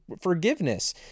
forgiveness